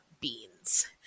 beans